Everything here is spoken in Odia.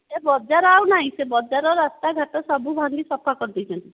ଏବେ ବଜାର ଆଉ ନାହିଁ ସେ ବଜାର ରାସ୍ତା ଘାଟ ସବୁ ଭାଙ୍ଗି ସଫା କରିଦେଇଛନ୍ତି